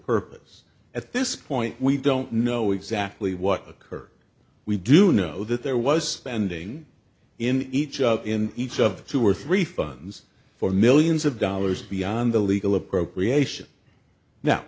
purpose at this point we don't know exactly what occurred we do know that there was standing in each other in each of two or three funds for millions of dollars beyond the legal appropriation now